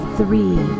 three